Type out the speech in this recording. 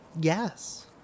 Yes